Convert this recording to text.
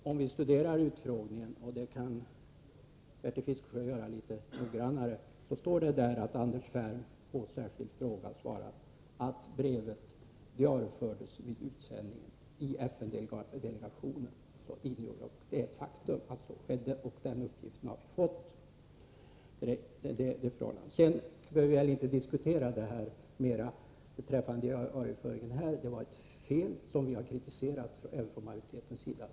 Viss utrikespolitisk Fru talman! Om man studerar utfrågningen — och det kan Bertil Fiskesjö Fapportennng göra litet noggrannare — finner man att Anders Ferm på särskild fråga svarat att brevet vid utsändningen diariefördes i FN-delegationen. Det är ett faktum att så skedde; den uppgiften har vi fått. Förhållandet är känt. Vi behöver inte diskutera diarieföringen mera i det här fallet. Det var ett fel som vi har kritiserat även från majoritetens sida.